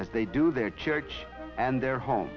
as they do their church and their home